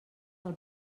del